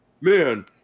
man